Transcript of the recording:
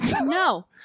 No